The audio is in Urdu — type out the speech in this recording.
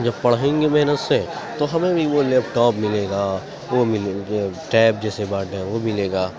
جب پڑھیں گے محنت سے تو ہمیں بھی وہ لیپ ٹاپ ملے گا وہ ملیں گے ٹیب جیسے بانٹے ہیں وہ ملے گا